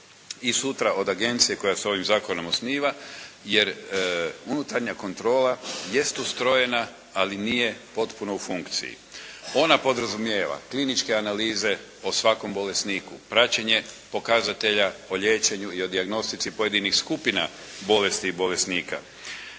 i sutra od Agencije koja se ovim zakonom osniva, jer unutarnja kontrola jest ustrojena ali nije potpuno u funkciji. Ona podrazumijeva kliničke analize o svakom bolesniku, praćenje pokazatelja o liječenju i dijagnostici pojedinih skupina bolesti i bolesnika,